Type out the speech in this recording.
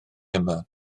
yma